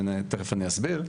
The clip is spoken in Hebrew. ותכף אני אסביר,